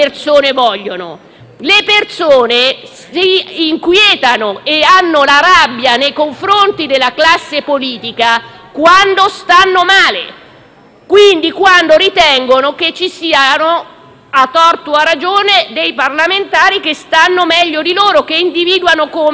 Le persone si inquietano e provano rabbia nei confronti della classe politica quando stanno male, quando ritengono che ci siano, a torto o a ragione, dei parlamentari che stanno meglio di loro, che individuano come nemico.